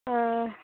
आ